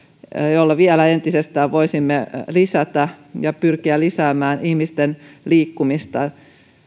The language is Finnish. joilla vielä entisestään voisimme lisätä ja pyrkiä lisäämään ihmisten liikkumista